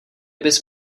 bys